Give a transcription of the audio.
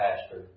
pastor